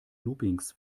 loopings